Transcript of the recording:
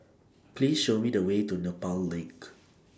Please Show Me The Way to Nepal LINK